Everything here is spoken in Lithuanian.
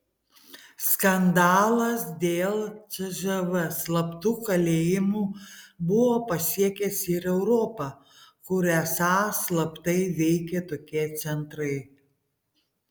skandalas dėl cžv slaptų kalėjimų buvo pasiekęs ir europą kur esą slaptai veikė tokie centrai